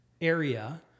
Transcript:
area